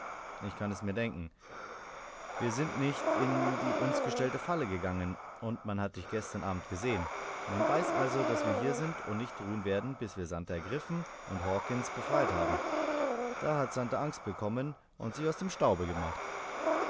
ich kann es mir denken wir sind nicht in die uns gestellte falle gegangen und man hat dich gestern abend gesehen man weiß also daß wir hier sind und nicht ruhen werden bis wir santer ergriffen und hawkens befreit haben da hat santer angst bekommen und sich aus dem staube gemacht